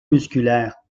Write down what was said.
musculaire